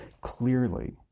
clearly